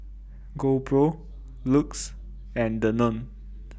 GoPro LUX and Danone